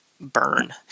Burn